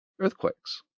earthquakes